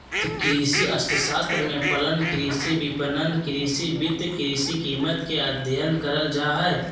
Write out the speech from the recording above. कृषि अर्थशास्त्र में फलन, कृषि विपणन, कृषि वित्त, कृषि कीमत के अधययन करल जा हइ